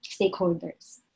stakeholders